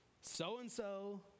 So-and-so